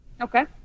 Okay